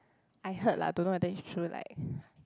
I heard lah don't know whether is true like